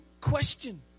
question